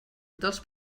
dels